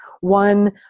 One